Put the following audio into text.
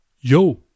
Yo